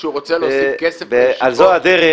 כשהוא רוצה להוסיף כסף לישיבות זה לא